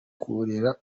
kurera